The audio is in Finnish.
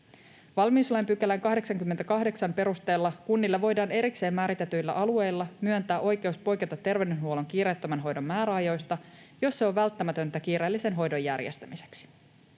Valmiuslain 88 §:n perusteella kunnille voidaan erikseen määritetyillä alueilla myöntää oikeus poiketa terveydenhuollon kiireettömän hoidon määräajoista, jos se on välttämätöntä kiireellisen hoidon järjestämiseksi.